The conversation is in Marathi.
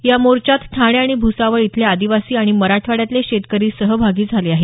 या मोर्चात ठाणे आणि भ्सावळ इथले आदिवासी आणि मराठवाड्यातले शेतकरी सहभागी झाले आहेत